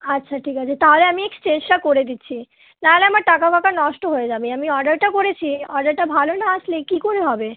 আচ্ছা ঠিক আছে তাহলে আমি এক্সচেঞ্জটা করে দিচ্ছি নাহলে আমার টাকা ফাকা নষ্ট হয়ে যাবে আমি অর্ডারটা করেছি অর্ডারটা ভালো না আসলে কি করে হবে